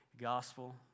gospel